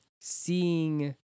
seeing